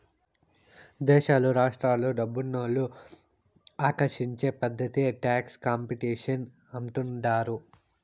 దేశాలు రాష్ట్రాలు డబ్బునోళ్ళు ఆకర్షించే పద్ధతే టాక్స్ కాంపిటీషన్ అంటుండారు